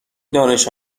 دانش